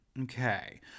Okay